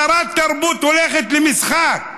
שרת תרבות הולכת למשחק,